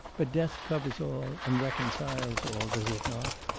but death covers all and reconciles all does it not?